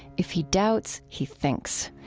if he doubts, he thinks.